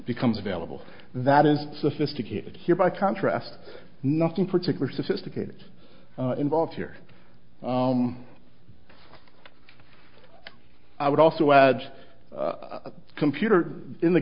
becomes available that is sophisticated here by contrast nothing particular sophisticated involved here i would also add a computer in the